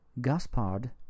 Gaspard